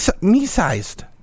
me-sized